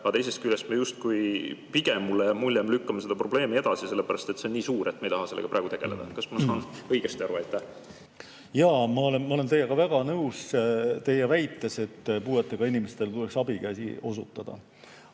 aga teisest küljest pigem mulle jääb mulje, me lükkame seda probleemi edasi, sellepärast et see on nii suur, et me ei taha sellega praegu tegeleda. Kas ma saan õigesti aru? Jaa, ma olen teiega väga nõus, et puuetega inimestele tuleks abikäsi osutada.